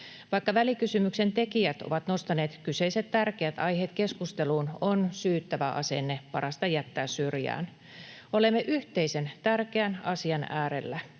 Vaikka välikysymyksen tekijät ovat nostaneet kyseiset tärkeät aiheet keskusteluun, on syyttävä asenne parasta jättää syrjään. Olemme yhteisen tärkeän asian äärellä.